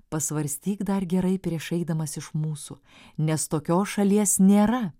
pasvarstyk dar gerai prieš eidamas iš mūsų nes tokios šalies nėra